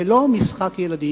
ולא במשחק ילדים,